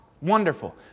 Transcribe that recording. wonderful